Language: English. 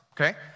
okay